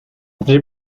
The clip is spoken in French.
j’ai